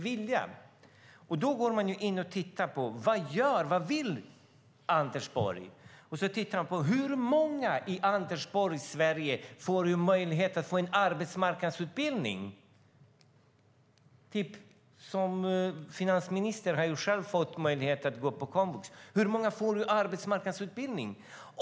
Vad vill och gör då Anders Borg? Hur många i Anders Borgs Sverige får möjlighet till en arbetsmarknadsutbildning? Finansministern har ju själv haft möjlighet att gå på komvux. Hur många får arbetsmarknadsutbildning?